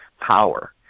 Power